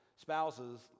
spouses